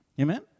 Amen